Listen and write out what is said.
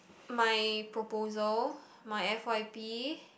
my proposal my f_y_p